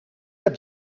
heb